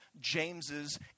James's